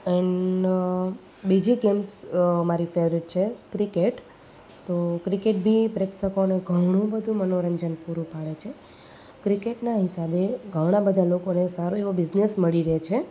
and બીજી games મારી favourite છે ક્રિકેટ તો ક્રિકેટ બી પ્રેક્ષકોને ઘણું બધુ મનોરંજન પૂરું પાડે છે ક્રિકેટના હિસાબે ઘણાં બધાં લોકોને સારું એવો બિઝનેસ મળી રહે છે